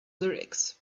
lyrics